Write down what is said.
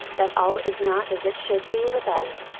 that all is not as it should be with us.